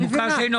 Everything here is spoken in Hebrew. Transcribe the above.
הוא מקבל?